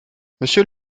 monsieur